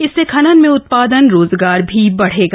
इससे खनन में उत्पादन रोजगार बढ़ेगा